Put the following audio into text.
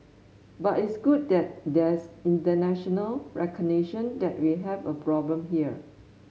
but it's good that there's international recognition that we have a problem here